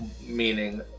meaning